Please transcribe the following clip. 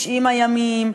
90 הימים,